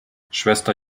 schwester